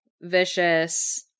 vicious